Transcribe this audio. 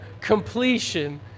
completion